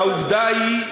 העובדה היא,